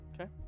Okay